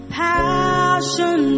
passion